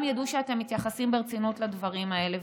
ידעו שאתם מתייחסים ברצינות לדברים האלה.